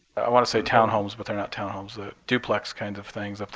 i want to say townhomes but they're not townhomes. the duplex kinds of things up